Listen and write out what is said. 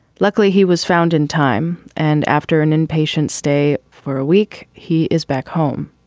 luckily, he was found in time, and after an inpatient stay for a week, he is back home.